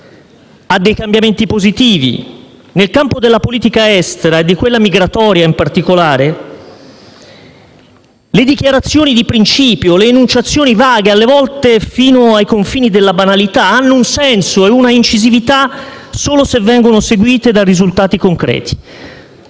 a dei cambiamenti positivi. Nel campo della politica estera e di quella migratoria in particolare, le dichiarazioni di principio, le enunciazioni vaghe, alle volte fino ai confini della banalità, hanno un senso e una incisività solo se vengono seguite da risultati concreti.